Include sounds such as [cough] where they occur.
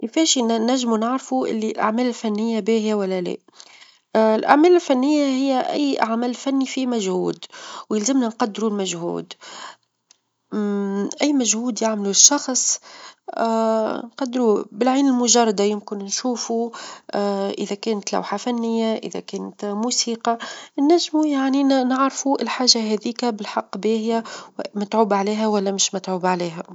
كيفاش إن ننجمو نعرفو اللي الأعمال الفنية باهية ولا لا؟ [hesitation] الأعمال الفنية هي أي عمل فني فيه مجهود ويلزمنا نقدرو المجهود <> أي مجهود يعمله الشخص [hesitation] نقدرو بالعين المجردة يمكن نشوفو [hesitation] إذا كانت لوحة فنية، إذا كانت موسيقى ننجمو يعنى نعرفو الحاجة هاذيك بالحق باهية متعوب عليها، ولا مش متعوب عليها.